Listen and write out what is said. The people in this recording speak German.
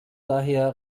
daher